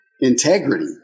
integrity